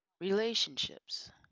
relationships